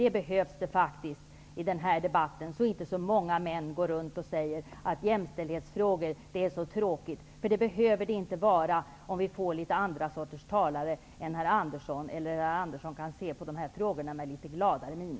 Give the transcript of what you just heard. Det behövs faktiskt i denna debatt, så att inte så många män säger att jämställdhetsfrågorna är så tråkiga. Det behöver de inte vara, om vi får andra sorters talare än herr Andersson eller om herr Andersson kan se på dessa frågor med litet gladare min.